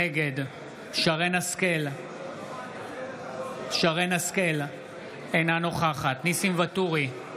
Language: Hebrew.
נגד שרן השכל, אינה נוכחת ניסים ואטורי,